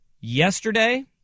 Yesterday